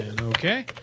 okay